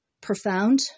profound